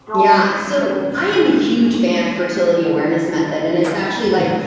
yeah. so i am a huge fan of fertility awareness method, and it's actually like,